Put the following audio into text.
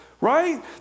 Right